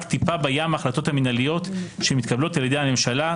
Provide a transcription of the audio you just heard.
טיפה בים ההחלטות המנהליות המתקבלות על-ידי הממשלה,